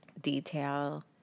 detail